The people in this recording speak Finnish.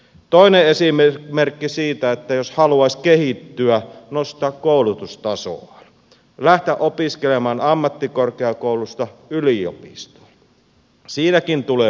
toinen esimerkki siitä että jos haluaisi kehittyä nostaa koulutustasoaan lähteä opiskelemaan ammattikorkeakoulusta yliopistoon siinäkin tulee mutkia matkaan